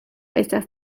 estas